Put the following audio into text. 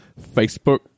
Facebook